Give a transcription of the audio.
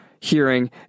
hearing